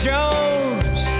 Jones